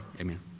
Amen